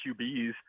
QBs